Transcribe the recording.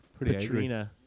Patrina